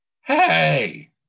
hey